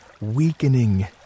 weakening